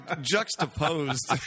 juxtaposed